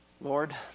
lord